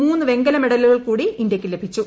മൂന്നു വെങ്കല മെഡലുകൾ കൂടി ഇന്ത്യക്ക് ലഭിച്ചു